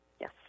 Yes